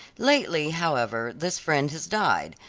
lately, however, this friend has died,